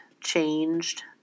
changed